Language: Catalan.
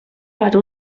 per